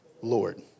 Lord